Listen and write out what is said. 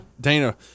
Dana